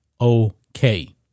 okay